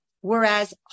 whereas